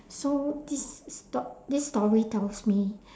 so this is sto~ this story tells me